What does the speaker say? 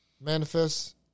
manifest